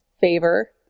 favor